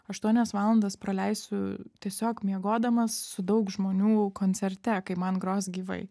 aštuonias valandas praleisiu tiesiog miegodamas su daug žmonių koncerte kai man gros gyvai